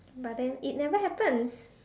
but then it never happens